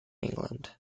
england